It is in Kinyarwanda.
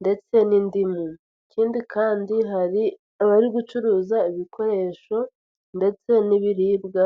ndetse n'indimu, ikindi kandi hari abari gucuruza ibikoresho ndetse n'ibiribwa.